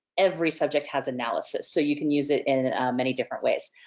every subject has analysis so you can use it in many different ways.